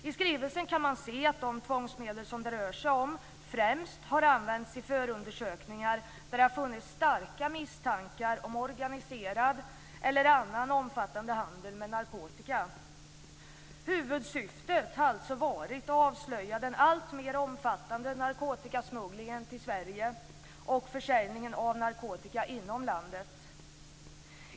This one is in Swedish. I skrivelsen kan man se att de tvångsmedel som det rör sig om främst har använts i förundersökningar där det har funnits starka misstankar om organiserad eller annan omfattande handel med narkotika. Huvudsyftet har alltså varit att avslöja den alltmer omfattande narkotikasmugglingen till Sverige och försäljningen av narkotika inom landet.